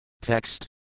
Text